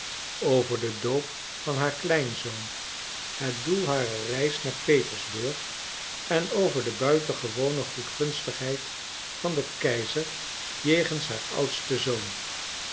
over den doop van haar kleinzoon het doel harer reis naar petersburg en over de buitengewone goedgunstigheid van den keizer jegens haar oudsten zoon